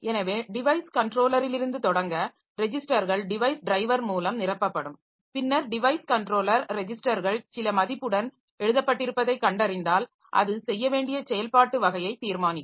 எனவே டிவைஸ் கன்ட்ரோலரிலிருந்து தாெடங்க ரெஜிஸ்டர்கள் டிவைஸ் டிரைவர் மூலம் நிரப்பப்படும் பின்னர் டிவைஸ் கன்ட்ரோலர் ரெஜிஸ்டர்கள் சில மதிப்புடன் எழுதப்பட்டிருப்பதைக் கண்டறிந்தால் அது செய்ய வேண்டிய செயல்பாட்டு வகையைத் தீர்மானிக்கும்